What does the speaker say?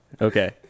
Okay